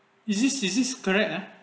is this is this correct ah